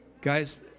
Guys